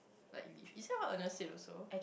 like you~ is that what Ernest said also